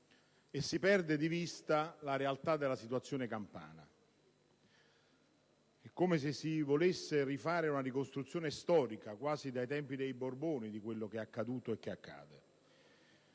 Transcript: e si perde di vista la realtà della situazione campana, come se si volesse rifare una ricostruzione storica - quasi dai tempi dei Borboni - di ciò che è accaduto e che accade.